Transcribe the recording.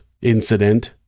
incident